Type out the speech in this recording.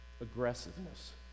Aggressiveness